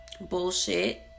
Bullshit